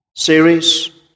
series